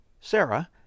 Sarah